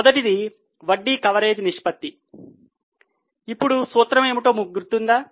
మొదటిది వడ్డీ కవరేజ్ నిష్పత్తి ఇప్పుడు సూత్రం ఏమిటో మీకు గుర్తుందా